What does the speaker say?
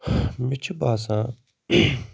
مےٚ چھِ باسان